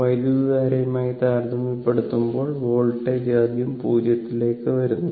വൈദ്യുതധാരയുമായി താരതമ്യപ്പെടുത്തുമ്പോൾ വോൾട്ടേജ് ആദ്യം 0 ലേക്ക് വരുന്നു